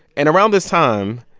and around this time,